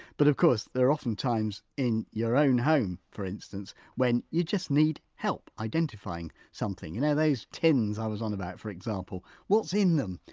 but of course there are often times in your own home, for instance, when you just need help identifying something, you know those tins i was on about for example what's in them?